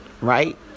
Right